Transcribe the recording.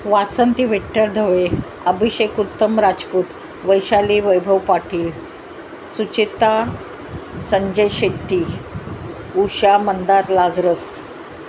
Vasanti Vitthal Dhawale Abhishek Uttam Rajput Vaishali Vaibhav Patil Sucheta Sanjay Shetty Usha Mandar Lazarus